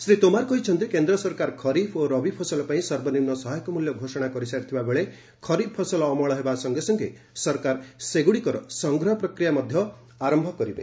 ଶ୍ରୀ ତୋମାର କହିଛନ୍ତି କେନ୍ଦ୍ର ସରକାର ଖରିଫ ଓ ରବି ଫସଲ ପାଇଁ ସର୍ବନିମ୍ନ ସହାୟକ ମୂଲ୍ୟ ଘୋଷଣା କରିସାରିଥିବା ବେଳେ ଖରିଫ ଫସଲ ଅମଳ ହେବା ସଙ୍ଗେ ସଙ୍ଗେ ସରକାର ସେଗୁଡ଼ିକର ସଂଗ୍ରହ ପ୍ରକ୍ରିୟା ମଧ୍ୟ ଆରମ୍ଭ କରିଦେବେ